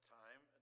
time